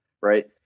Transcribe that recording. right